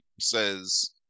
says